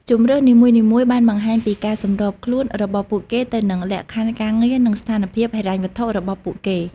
ជម្រើសនីមួយៗបានបង្ហាញពីការសម្របខ្លួនរបស់ពួកគេទៅនឹងលក្ខខណ្ឌការងារនិងស្ថានភាពហិរញ្ញវត្ថុរបស់ពួកគេ។